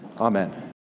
Amen